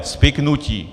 Spiknutí.